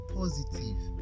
positive